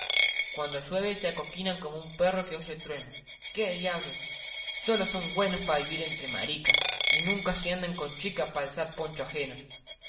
cuando llueve se acoquinan como perro que oye truenos que diablos sólo son güenos pa vivir entre maricas y nunca se andan con chicas para alzar ponchos ajenos